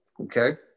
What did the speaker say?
Okay